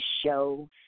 show